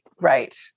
Right